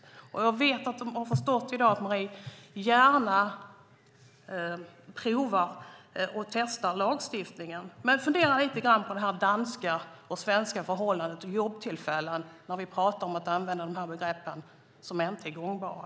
Jag har förstått att du, Marie, gärna testar lagstiftningen, men fundera lite på det svenska och danska förhållandet och jobbtillfällen när vi talar om att använda dessa begrepp som inte är gångbara.